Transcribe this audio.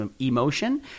emotion